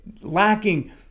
lacking